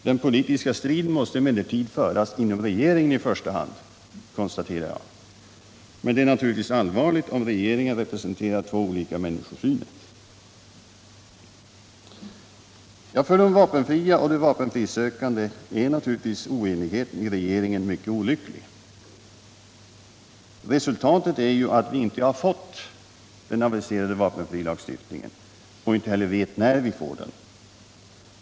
Den politiska striden måste emellertid föras inom regeringen i första hand, konstaterar jag, men det är naturligtvis allvarligt om regeringen representerar två olika människosyner. För de vapenfria och de vapenfrisökande är naturligtvis oenigheten i regeringen mycket olycklig. Resultatet är ju att vi inte har fått den aviserade vapenfrilagstiftningen och inte heller vet när vi får den.